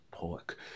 pork